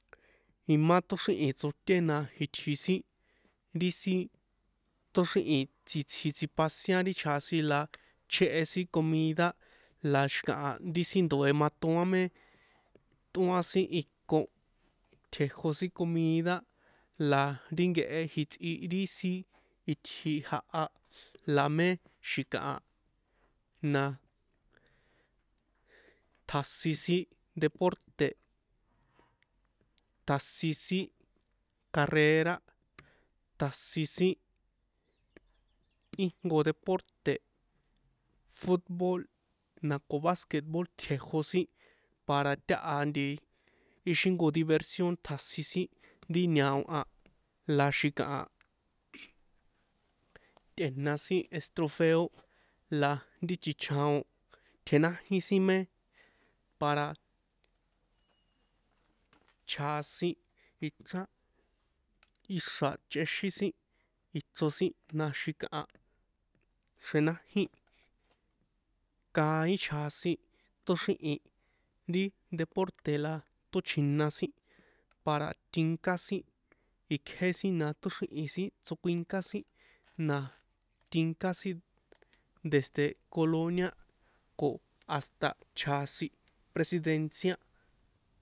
Imá tóxríhi̱n tsoté na itji sin ri sin tóxríhi̱n itsji tsjipasian ri chjasin la chjéhe sin comida la xi̱kaha ri sin ndoe̱ matoan mé tꞌóan sin iko tjejó sin comida la ri nkehe jitsꞌi ri sin itji jaha la mé xi̱kaha na tjasin sin deporte̱ tjasin sin carrera tjasin sin íjnko deporte̱ futbol na ko basket bol tjejó sin para taha ixi jnko diversio tjasin sin ri ñao a la xi̱kaha tꞌe̱na sin estrufeo la ri chichaon tjenájín mé para chjasin ichrán ixra̱ chꞌexín sin ichro sin ma xi̱kaha xrenájin kaín chjasin tóxríhi̱n ri deporte̱ la tóchjina sin para tinká sin ikjé sin na tóxríhi̱n sin tsokuinká sin na tinká sin desde colonia ko hasta chjasin presidencia.